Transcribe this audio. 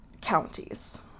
counties